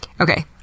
Okay